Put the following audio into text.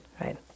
right